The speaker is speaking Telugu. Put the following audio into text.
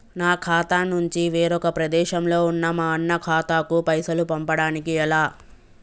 నా ఖాతా నుంచి వేరొక ప్రదేశంలో ఉన్న మా అన్న ఖాతాకు పైసలు పంపడానికి ఎలా?